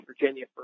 Virginia